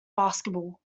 basketball